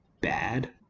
bad